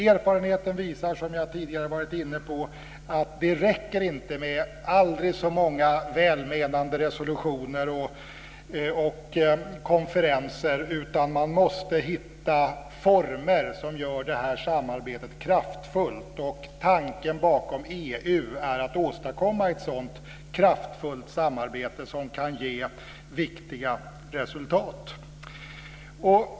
Erfarenheten visar, som jag tidigare har varit inne på, att det inte räcker med aldrig så många välmenande resolutioner och konferenser, utan man måste hitta former som gör det här samarbetet kraftfullt. Tanken bakom EU är att åstadkomma ett sådant kraftfullt samarbete som kan ge viktiga resultat.